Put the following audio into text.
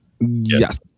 Yes